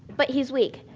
but he's weak.